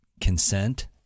consent